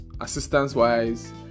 assistance-wise